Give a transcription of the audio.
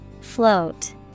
Float